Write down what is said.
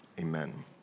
Amen